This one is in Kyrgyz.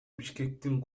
бишкектин